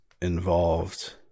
involved